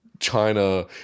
China